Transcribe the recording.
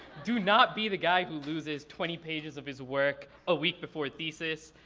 do not be the guy who loses twenty pages of his work a week before thesis.